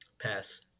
Pass